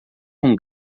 com